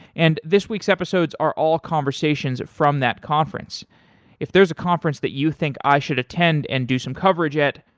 and this week's episodes are all conversations from that conference if there's a conference that you think i should attend and do some coverage at,